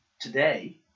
today